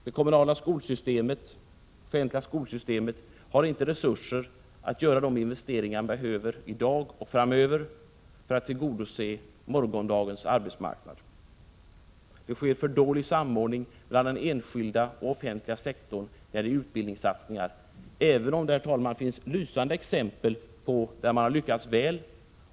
Det kommunala skolsystemet — det offentliga skolsystemet — har inte resurser att göra de investeringar som behöver göras i dag och framöver för att tillgodose morgondagens arbetsmarknad. Det sker en för dålig samordning mellan den enskilda och den offentliga sektorn när det gäller utbildningssatsningar, även om det, herr talman, finns lysande exempel på att man har lyckats väl.